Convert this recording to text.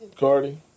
Cardi